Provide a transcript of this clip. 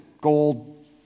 gold